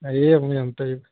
एवम् एवं तैः